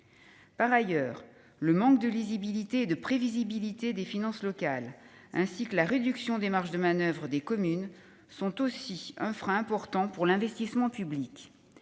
Par ailleurs, le manque de lisibilité et de prévisibilité des finances locales, ainsi que la réduction des marges de manoeuvre des communes sont un frein important pour l'investissement public.